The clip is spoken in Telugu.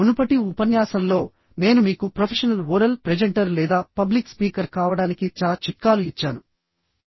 మునుపటి ఉపన్యాసంలో నేను మీకు ప్రొఫెషనల్ ఓరల్ ప్రెజెంటర్ లేదా పబ్లిక్ స్పీకర్ కావడానికి చాలా చిట్కాలు ఇచ్చాను